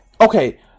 Okay